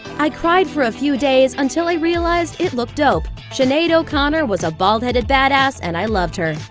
i cried for a few days, until i realized it looked dope. sinead o'connor was a bald-headed badass and i loved her.